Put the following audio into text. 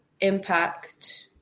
impact